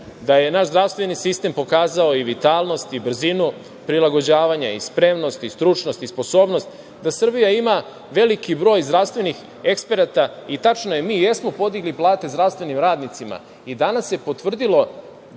da je naš zdravstveni sistem pokazao i vitalnost i brzinu prilagođavanja i spremnost i stručnost i sposobnost, da Srbija ima veliki broj zdravstvenih eksperata. Tačno je, mi jesmo podigli plate zdravstvenim radnicima. Danas se potvrdila